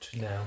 now